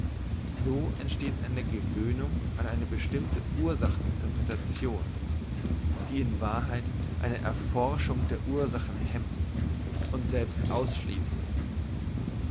so entsteht eine gewöhnung an eine bestimmte ursachen interpretation die in wahrheit eine erforschung der ursache hemmt und selbst ausschliesst